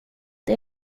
det